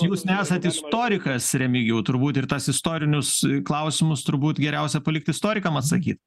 jūs nesat istorikas remigijau turbūt ir tas istorinius klausimus turbūt geriausia palikt istorikam atsakyt